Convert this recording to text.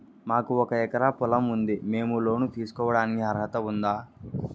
మాకు ఒక ఎకరా పొలం ఉంది మేము లోను తీసుకోడానికి అర్హత ఉందా